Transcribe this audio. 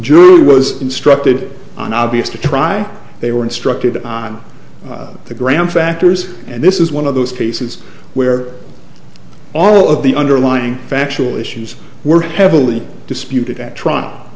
jury was instructed on obvious to try they were instructed on the ground factors and this is one of those cases where all of the underlying factual issues were heavily disputed at trial